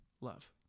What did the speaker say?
Love